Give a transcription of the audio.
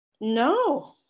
no